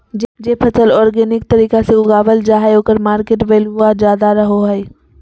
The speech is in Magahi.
जे फसल ऑर्गेनिक तरीका से उगावल जा हइ ओकर मार्केट वैल्यूआ ज्यादा रहो हइ